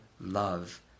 love